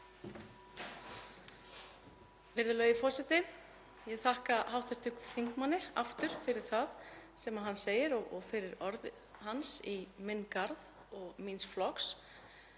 Virðulegi forseti. Ég þakka hv. þingmanni aftur fyrir það sem hann segir og fyrir orð hans í minn garð og míns flokks.